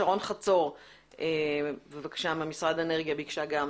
שרון חצור ממשרד האנרגיה, בבקשה.